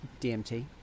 dmt